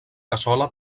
cassola